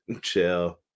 Chill